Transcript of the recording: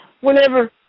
whenever